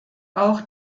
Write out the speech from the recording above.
auch